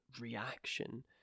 reaction